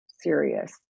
serious